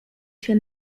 się